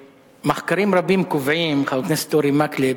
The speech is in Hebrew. מחקרים רבים קובעים, חבר הכנסת אורי מקלב,